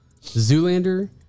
Zoolander